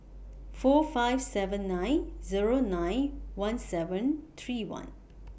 four five seven nine Zero nine one seven three one